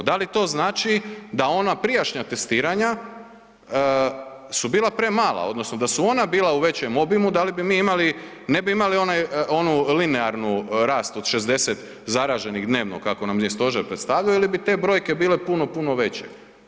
Da li to znači da ona prijašnja testiranja su bila premala odnosno da su ona bila u većem obimu da li bi mi imali, ne bi imali onaj, onu linearnu rast od 60 zaraženih dnevno kako nam je stožer predstavljo ili bi te brojke bile puno, puno veće?